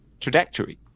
trajectory